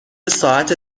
ساعت